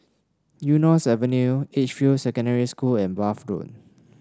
Eunos Avenue Edgefield Secondary School and Bath Road